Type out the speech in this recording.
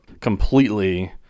completely